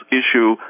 issue